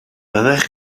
byddech